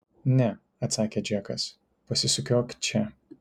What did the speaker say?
ne atsakė džekas pasisukiok čia